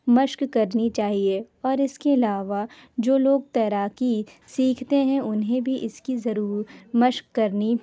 مشق کرنی چاہیے اور اس کے علاوہ جو لوگ تیراکی سیکھتے ہیں انہیں بھی اس کی ضرور مشق کرنی